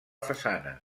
façana